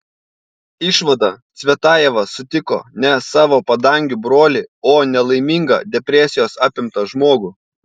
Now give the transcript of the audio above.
išvada cvetajeva sutiko ne savo padangių brolį o nelaimingą depresijos apimtą žmogų